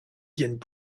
viennent